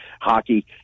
hockey